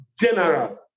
general